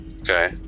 okay